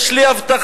יש לי הבטחה,